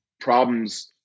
problems